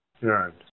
Right